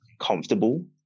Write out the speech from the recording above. comfortable